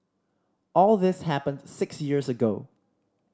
all this happened six years ago